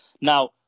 Now